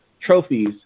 trophies